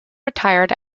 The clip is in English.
retired